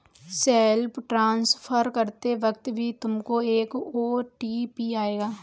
self transfer करते वक्त भी तुमको एक ओ.टी.पी आएगा